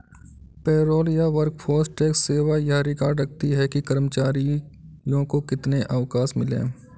payroll या workforce tax सेवा यह रिकॉर्ड रखती है कि कर्मचारियों को कितने अवकाश मिले